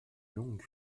longue